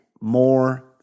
more